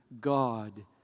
God